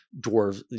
dwarves